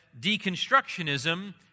deconstructionism